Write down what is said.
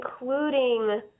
including